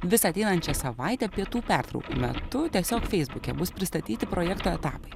visą ateinančią savaitę pietų pertraukų metu tiesiog feisbuke bus pristatyti projekto etapai